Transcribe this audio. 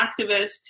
activist